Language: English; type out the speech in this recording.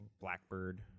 Blackbird